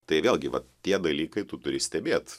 tai vėlgi vat tie dalykai tu turi stebėt